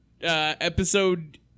episode